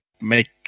make